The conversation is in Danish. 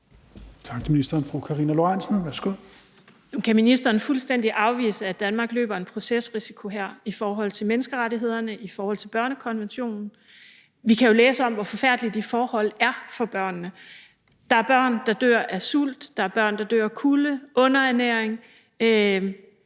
Kan ministeren fuldstændig afvise, at Danmark løber en procesrisiko her i forhold til menneskerettighederne og i forhold til børnekonventionen? Vi kan jo læse om, hvor forfærdelige forholdene for børnene er. Der er børn, der dør af sult; der er børn, der dør af kulde og underernæring.